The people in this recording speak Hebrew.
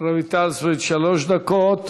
רויטל סויד, שלוש דקות,